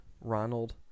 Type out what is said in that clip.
Ronald